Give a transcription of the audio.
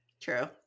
True